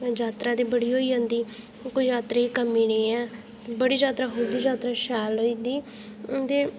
यात्रा ते बड़ी होई जंदी कोई यात्रियें दी कमी नेईं बड़ी यात्रा खु'ल्ली यात्रा बड़ी शैल होई जंदी